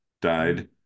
died